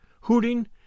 hooting